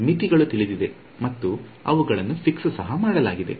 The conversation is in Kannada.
ಮಿತಿಗಳು ತಿಳಿದಿದೆ ಮತ್ತು ಅವುಗಳನ್ನು ಫಿಕ್ಸ್ ಸಹ ಮಾಡಲಾಗಿದೆ